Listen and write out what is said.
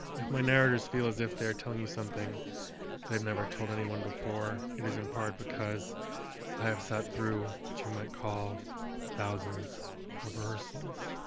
if my narrators feel as if they are telling you something they've never told anyone before, it is in part because i have sat through what you might call thousands of rehearsals.